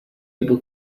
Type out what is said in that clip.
able